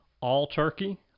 all-turkey